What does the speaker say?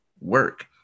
work